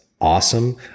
awesome